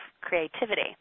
creativity